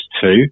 two